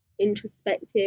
introspective